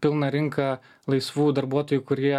pilną rinką laisvų darbuotojų kurie